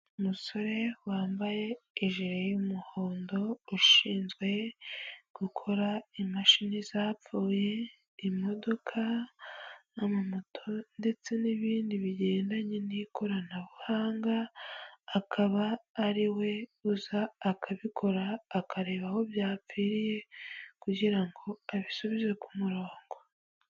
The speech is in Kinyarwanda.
Umusore wambaye ijire y'umuhondo, ushinzwe gukora imashini zapfuye, imodoka, amamoto ndetse n'ibindi bigendanye n'ikoranabuhanga, akaba ari we uza akabikora akareba aho byapfiriye kugira ngo abisubize ku murongo.